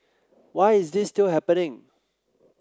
why is this still happening